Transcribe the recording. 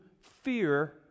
fear